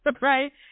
Right